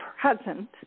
present